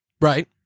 Right